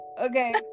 okay